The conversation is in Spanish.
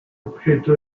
objeto